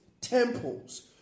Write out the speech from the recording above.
temples